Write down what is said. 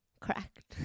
Correct